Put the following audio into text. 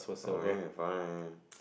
okay fine